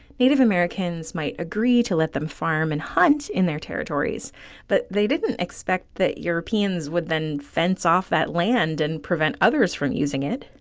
native americans might agree to let them farm and hunt in their territories but they didn't expect that europeans would then fence off that land and prevent others from using it.